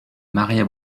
maria